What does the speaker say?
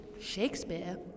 Shakespeare